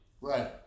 Right